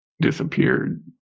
disappeared